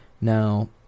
Now